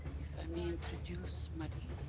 if i may introduce marie?